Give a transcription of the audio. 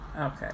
Okay